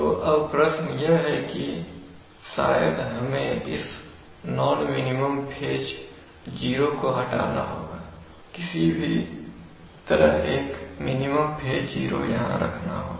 तो अब प्रश्न यह है कि शायद हमें इस नॉन मिनिमम फेज जीरो को हटाना होगा और किसी भी तरह एक मिनिमम फेज जीरो यहां रखना होगा